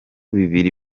bibiri